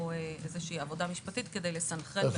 איזה שהיא עבודה משפטית כדי לסנכרן בין השניים.